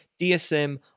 DSM